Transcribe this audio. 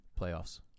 Playoffs